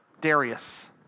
Darius